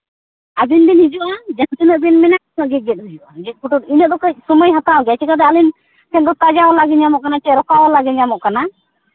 ᱟᱹᱵᱤᱱ ᱵᱤᱱ ᱦᱤᱡᱩᱜᱼᱟ ᱡᱟᱦᱟᱸ ᱛᱤᱱᱟᱹᱜ ᱵᱤᱱ ᱢᱮᱱᱟ ᱩᱱᱟᱹᱜ ᱜᱮ ᱜᱮᱫ ᱦᱩᱭᱩᱜᱼᱟ ᱜᱮᱫ ᱠᱚᱫᱚ ᱤᱧᱟᱹᱜ ᱫᱚ ᱠᱟᱹᱡ ᱥᱚᱢᱚᱭ ᱦᱟᱛᱟᱣ ᱜᱮᱭᱟ ᱪᱤᱠᱟᱹᱛᱮ ᱟᱹᱞᱤᱧ ᱡᱚᱛᱚ ᱛᱟᱡᱟ ᱵᱟᱞᱟ ᱜᱮᱭ ᱧᱟᱢᱚᱜ ᱠᱟᱱᱟᱭ ᱥᱮ ᱨᱚᱠᱟ ᱵᱟᱞᱟᱜᱮ ᱧᱟᱢᱚᱜ ᱠᱟᱱᱟ